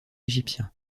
égyptiens